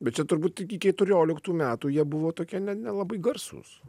bet čia turbūt iki keturioliktų metų jie buvo tokia ne nelabai garsūs